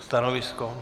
Stanovisko?